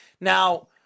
Now